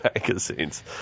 magazines